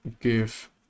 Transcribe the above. give